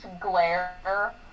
glare